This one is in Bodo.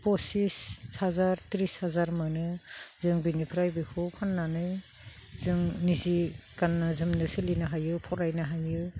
पसिस हाजार त्रिस हाजार मोनो जों बेनिफ्राय बेखौ फाननानै जों निजे गाननो जोमना सोलिनो हायो फरायनो हायो